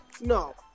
No